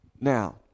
Now